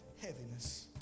heaviness